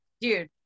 dude